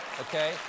Okay